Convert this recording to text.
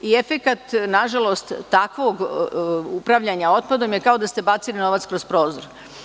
Efekat takvog upravljanja otpadom je kao da ste bacili novac kroz prozor.